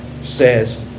says